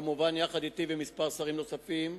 כמובן, יחד אתי וכמה שרים נוספים,